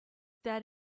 that